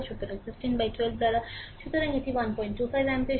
সুতরাং 15 12 দ্বারা সুতরাং এটি 125 অ্যাম্পিয়ার